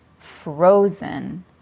frozen